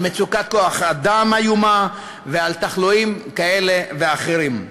על מצוקת כוח-אדם איומה ועל תחלואים כאלה ואחרים.